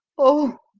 oh!